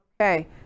Okay